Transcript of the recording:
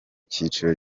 cyiciro